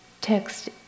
Text